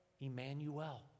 Emmanuel